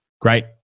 Great